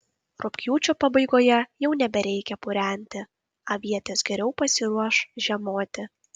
rugpjūčio pabaigoje jau nebereikia purenti avietės geriau pasiruoš žiemoti